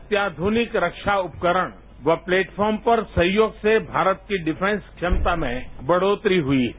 अत्याधनिक रक्षा उपकरण व प्लेटफार्म पर सहयोग से भारत की डिफ्रॅस क्षमता में बढ़ोतरी हुई है